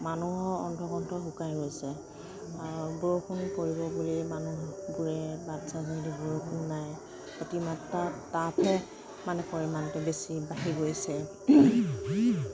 মানুহৰ অণ্ঠ কণ্ঠ শুকাই গৈছে আৰু বৰষুণ পৰিব বুলি মানুহবোৰে বাট চাই থাকিলে বৰষুণ নাই অতিমাত্ৰা তাপহে মানে পৰিমাণটো বেছি বাঢ়ি গৈছে